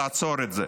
לעצור את זה.